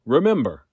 Remember